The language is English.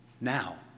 Now